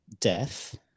death